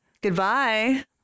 Goodbye